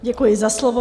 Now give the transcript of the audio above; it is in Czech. Děkuji za slovo.